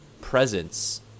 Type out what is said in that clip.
presence